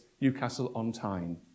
Newcastle-on-Tyne